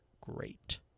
great